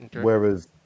whereas